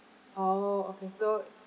orh okay so